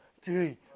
three